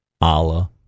Allah